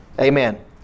Amen